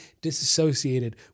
disassociated